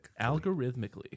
Algorithmically